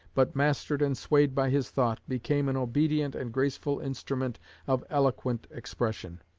but mastered and swayed by his thought, became an obedient and graceful instrument of eloquent expression.